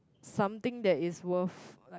something that is worth like